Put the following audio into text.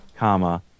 comma